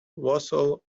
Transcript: wassail